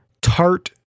tart